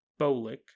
Bolick